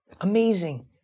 amazing